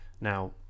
now